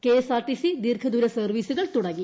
KSRTC ദീർഘദൂര സർവ്വീസുകൾ തുടങ്ങി